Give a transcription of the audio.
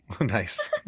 nice